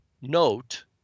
note